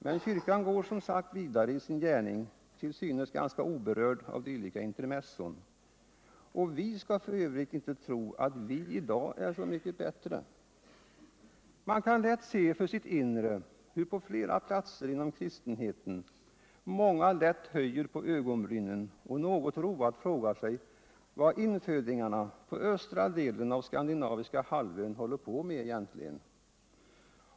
Men kyrkan går som sagt vidare i sin gärning till synes oberörd av dylika intermezzon, och vi skall f. ö. inte tro att vi i dag är så mycket bättre. Man kan lätt se för sitt inre hur på flera platser inom kristenheten många lätt höjer på ögonbrynen och något roat frågar sig vad infödingarna på östra delen av Skandinaviska halvön håller på med egentligen.